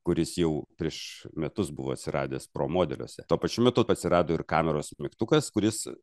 kuris jau prieš metus buvo atsiradęs pro modeliuose tuo pačiu metu atsirado ir kameros mygtukas kuris